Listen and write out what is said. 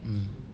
um